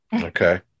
Okay